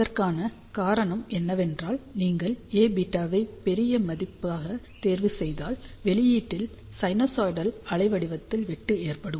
அதற்கான காரணம் என்னவென்றால் நீங்கள் Aβ வை பெரிய மதிப்பாகத் தேர்வுசெய்தால் வெளியீட்டில் சைனூசாய்டல் அலைவடிவத்தில் வெட்டு ஏற்படும்